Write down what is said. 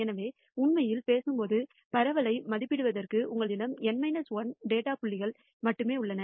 எனவே உண்மையில் பேசும்போது பரவலை மதிப்பிடுவதற்கு உங்களிடம் N 1 டேட்டா புள்ளிகள் மட்டுமே உள்ளன